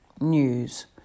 News